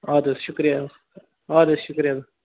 اَدٕ حظ شُکریہ اَدٕ حظ شُکریہ